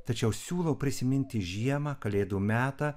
tačiau siūlau prisiminti žiemą kalėdų metą